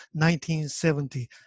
1970